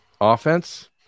Offense